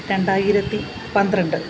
രണ്ടായിരത്തി പന്ത്രണ്ട്